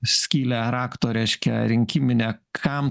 skylę rakto reiškia rinkiminę kam